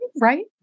Right